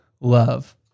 love